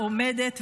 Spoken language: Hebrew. על התמיכה בטרור,